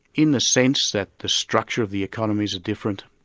in the sense that the structure of the economies are different,